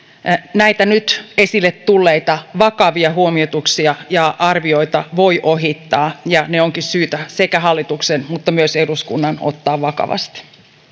näitä nyt esille tulleita vakavia huomautuksia ja arvioita voi ohittaa ja ne onkin syytä hallituksen mutta myös eduskunnan ottaa vakavasti